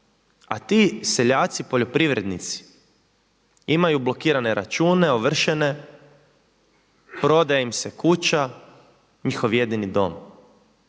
a ti seljaci poljoprivrednici imaju blokirane račune, ovršene, prodaje im se kuća njihov jedini dom.